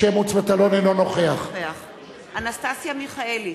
אינו נוכח אנסטסיה מיכאלי,